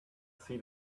see